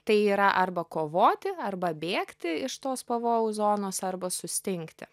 tai yra arba kovoti arba bėgti iš tos pavojaus zonos arba sustingti